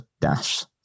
dash